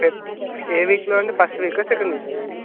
ఏ వీక్లో అండి ఫస్ట్ వీకా సెకండ్ వీకా